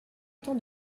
temps